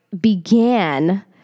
began